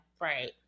right